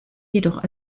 jedoch